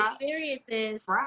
experiences